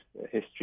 history